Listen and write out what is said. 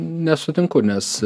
nesutinku nes